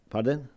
Pardon